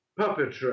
puppetry